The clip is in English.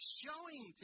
showing